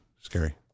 scary